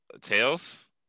Tails